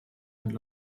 and